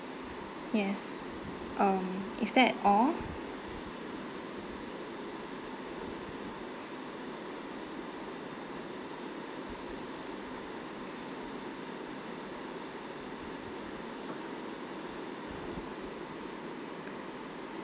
yes um is that all